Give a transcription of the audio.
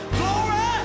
glory